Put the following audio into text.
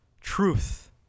truth